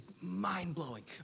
mind-blowing